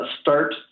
start